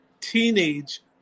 teenage